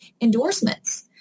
endorsements